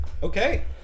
Okay